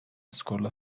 skorla